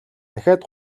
дахиад